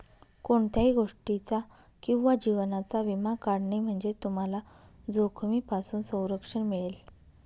कोणत्याही गोष्टीचा किंवा जीवनाचा विमा काढणे म्हणजे तुम्हाला जोखमीपासून संरक्षण मिळेल